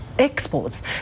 exports